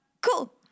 cool